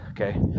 Okay